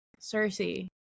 Cersei